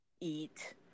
eat